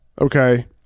Okay